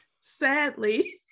sadly